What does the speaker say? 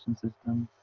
and system,